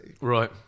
Right